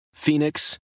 Phoenix